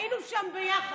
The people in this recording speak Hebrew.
היינו שם ביחד.